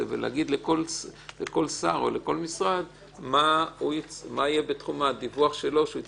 ולהגיד לכל שר או לכל משרד מה יהיה בתחום הדיווח שלו.